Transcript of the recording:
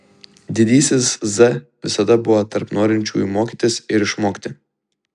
didysis z visada buvo tarp norinčiųjų mokytis ir išmokti